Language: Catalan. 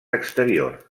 exterior